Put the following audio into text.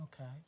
Okay